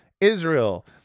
israel